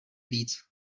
víc